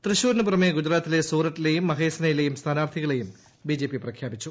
തൃശൂരിന് പുറമെ ഗുജറാത്തിലെ സൂറത്തിലെയും മഹേസനയിലേയും സ്ഥാനാർത്ഥികളെയും ബിജെപി പ്രഖ്യാപിച്ചു